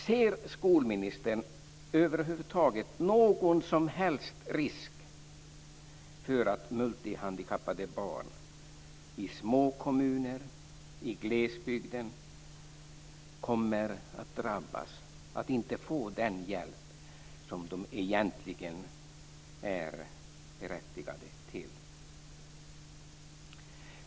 Ser skolministern någon som helst risk för att multihandikappade barn i små kommuner, i glesbygden kommer att drabbas av att inte få den hjälp som de egentligen är berättigade till?